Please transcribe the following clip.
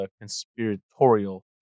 conspiratorial